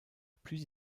plus